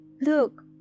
Look